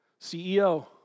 CEO